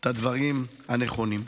את הדברים הנכונים.